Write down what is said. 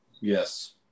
Yes